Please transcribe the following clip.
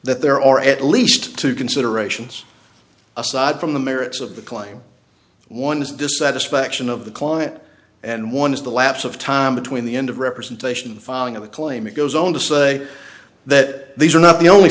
that there are at least two considerations aside from the merits of the claim one is dissatisfaction of the client and one is the lapse of time between the end of representation filing a claim it goes on to say that these are not the only